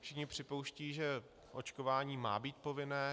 Všichni připouštějí, že očkování má být povinné.